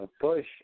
push